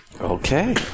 Okay